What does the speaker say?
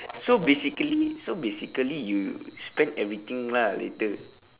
so basically so basically you spend everything lah later